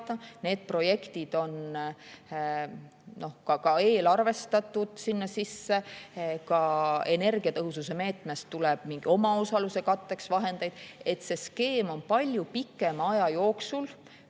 need projektid on eelarvestatud sinna sisse, ka energiatõhususe meetmest tuleb omaosaluse katteks vahendeid. See skeem on palju pikema aja jooksul